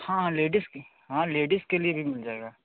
हाँ लेडीस हाँ लेडीस के लिए भी मिल जाएगा